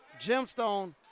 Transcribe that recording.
Gemstone